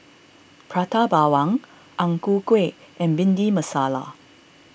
Prata Bawang Ang Ku Kueh and Bhindi Masala